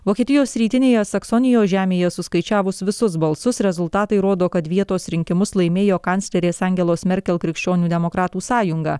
vokietijos rytinėje saksonijos žemėje suskaičiavus visus balsus rezultatai rodo kad vietos rinkimus laimėjo kanclerės angelos merkel krikščionių demokratų sąjunga